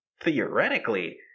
Theoretically